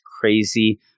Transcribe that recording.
crazy